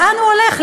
לאן הוא הולך?